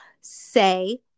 say